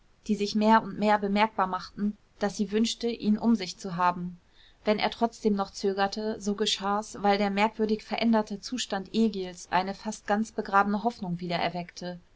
die sich mehr und mehr bemerkbar machten daß sie wünschte ihn um sich zu haben wenn er trotzdem noch zögerte so geschah's weil der merkwürdig veränderte zustand egils eine fast ganz begrabene hoffnung